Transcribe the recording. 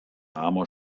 armer